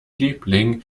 liebling